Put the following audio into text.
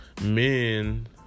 men